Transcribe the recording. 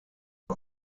bei